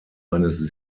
eines